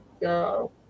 go